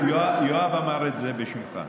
יואב אמר את זה בשמך,